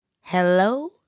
Hello